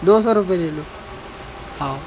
दो सौ रुपये लेलो हाँ